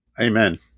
Amen